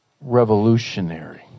revolutionary